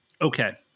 Okay